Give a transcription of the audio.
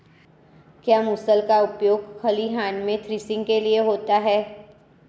क्या मूसल का उपयोग खलिहान में थ्रेसिंग के लिए होता है?